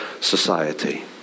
society